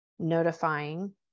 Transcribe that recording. notifying